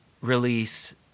release